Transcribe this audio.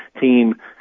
team